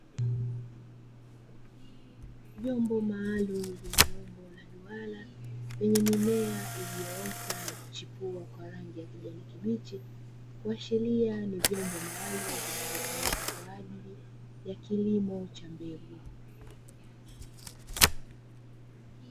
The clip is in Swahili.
Vyombo maalumu vyenye umbo la duara vyenye mimea iliyoota na kuchipua kwa rangi ya kijani kibichi, kuashiria ni vyombo maalumu vinavyotumika kwa ajili ya kilimo cha mbegu.